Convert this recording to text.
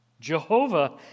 Jehovah